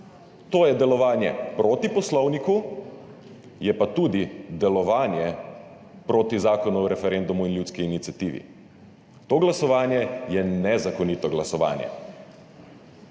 To je delovanje proti poslovniku, je pa tudi delovanje proti Zakonu o referendumu in ljudski iniciativi. To glasovanje je nezakonito glasovanje.